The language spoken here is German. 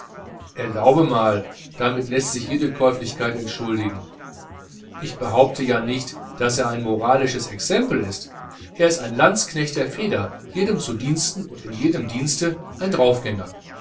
erlaube mal damit läßt sich jede käuflichkeit entschuldigen ich behaupte ja nicht daß er ein moralisches exempel ist er ist ein landsknecht der feder jedem zu diensten und in jedem dienste ein draufgänger